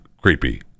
creepy